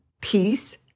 peace